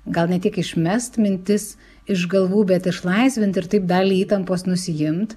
gal ne tik išmest mintis iš galvų bet išlaisvint ir taip dalį įtampos nusiimt